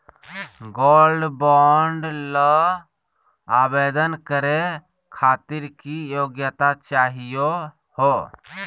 Gold bond ल आवेदन करे खातीर की योग्यता चाहियो हो?